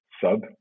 sub